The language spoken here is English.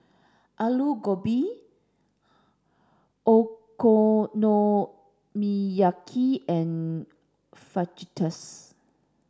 Alu Gobi Okonomiyaki and Fajitas